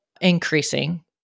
increasing